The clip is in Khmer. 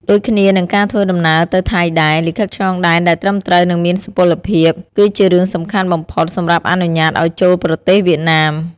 ដូចគ្នានឹងការធ្វើដំណើរទៅថៃដែរ លិខិតឆ្លងដែនដែលត្រឹមត្រូវនិងមានសុពលភាពគឺជារឿងសំខាន់បំផុតសម្រាប់អនុញ្ញាតឱ្យចូលប្រទេសវៀតណាម។